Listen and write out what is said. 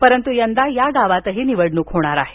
परंतू यंदा या गावातही निवडणूक होणार आहे